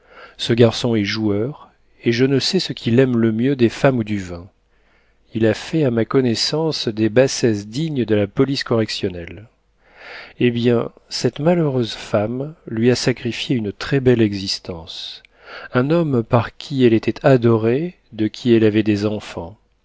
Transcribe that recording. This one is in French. ce garçon est joueur et je ne sais ce qu'il aime le mieux des femmes ou du vin il a fait à ma connaissance des bassesses dignes de la police correctionnelle eh bien cette malheureuse femme lui a sacrifié une très-belle existence un homme par qui elle était adorée de qui elle avait des enfants